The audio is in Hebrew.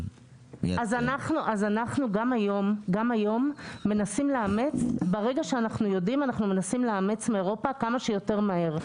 גם היו ברגע שאנחנו יודעים אנחנו מנסים לאמץ מאירופה כמה שיותר מהר.